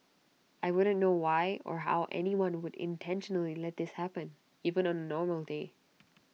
I wouldn't know why or how anyone would intentionally let this happen even on A normal day